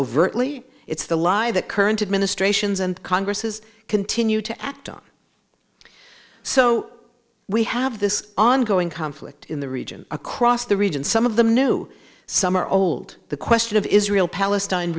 overtly it's the lie that current administrations and congresses continue to act on so we have this ongoing conflict in the region across the region some of them new some are old the question of israel palestine